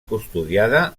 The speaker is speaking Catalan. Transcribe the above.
custodiada